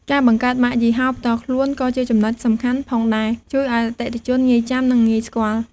ការបង្កើតម៉ាកយីហោផ្ទាល់ខ្លួនក៏ជាចំណុចសំខាន់ផងដែរជួយឲ្យអតិថិជនងាយចាំ និងងាយស្គាល់។